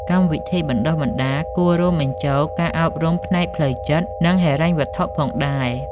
កម្មវិធីបណ្ដុះបណ្ដាលគួរតែរួមបញ្ចូលការអប់រំផ្នែកផ្លូវចិត្ត និងហិរញ្ញវត្ថុផងដែរ។